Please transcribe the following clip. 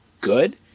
good